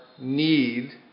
need